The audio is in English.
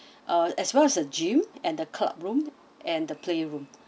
uh as well as the gym and the club room and the playroom